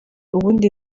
ubundi